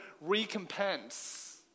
recompense